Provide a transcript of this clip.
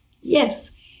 Yes